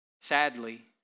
Sadly